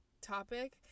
topic